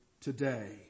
today